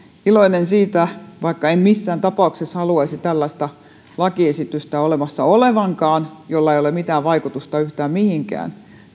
iloinen merja mäkisalo ropposen esityksestä ja kannatan sitä vaikka en missään tapauksessa haluaisi tällaista lakiesitystä olemassa olevankaan jolla ei ole mitään vaikutusta yhtään mihinkään